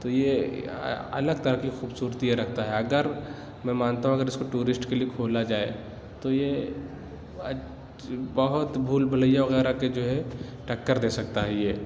تو یہ الگ طرح کی خوبصورت رکھتا ہے اگر میں مانتا ہوں اگر اِس کو ٹورسٹ کے لیے کھولا جائے تو یہ بہت بھول بھلیا وغیرہ کا جو ہے ٹکر دے سکتا ہے یہ